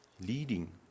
leading